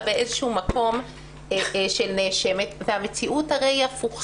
באיזשהו מקום של נאשמת והמציאות הרי היא הפוכה.